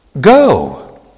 go